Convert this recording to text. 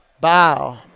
bow